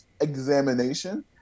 examination